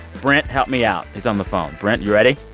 brent, help me out. he's on the phone. brent, you ready?